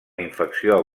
infecció